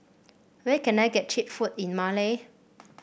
where can I get cheap food in Male